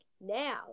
now